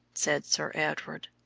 said sir edward.